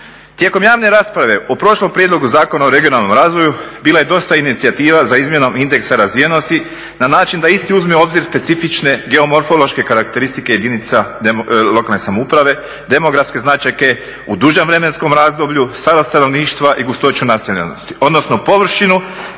Tijekom javne rasprave u prošlom prijedlogu Zakona o regionalnom razvoju bila je dosta inicijativa za izmjenom indeksa razvijenosti na način da isti uzme u obzir specifične geomorfološke karakteristike jedinica lokalne samouprave, demografske značajke u dužem vremenskom razdoblju, … stanovništva i gustoću naseljenosti, odnosno površinu